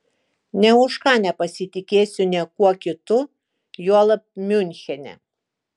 nė už ką nepasitikėsiu niekuo kitu juolab miunchene